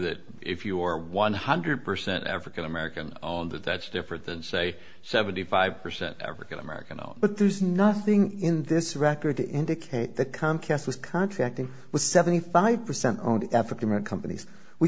that if you are one hundred percent african american on that that's different than say seventy five percent african american oh but there's nothing in this record to indicate that comcast was contracting with seventy five percent only african